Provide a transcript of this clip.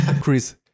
Chris